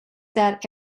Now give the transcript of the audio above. that